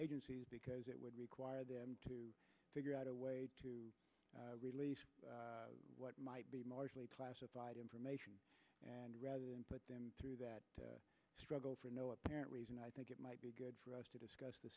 agencies because it would require them to figure out a way to release what might be classified information and rather than put them through that struggle for no apparent reason i think it might be good for us to discuss the